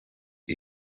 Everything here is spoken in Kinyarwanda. uko